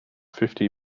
fifty